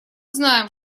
знаем